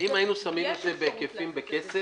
אם היינו שמים את זה בהיקפים בכסף,